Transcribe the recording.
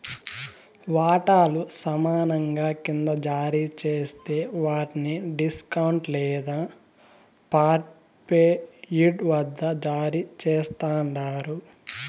వాటాలు సమానంగా కింద జారీ జేస్తే వాట్ని డిస్కౌంట్ లేదా పార్ట్పెయిడ్ వద్ద జారీ చేస్తండారు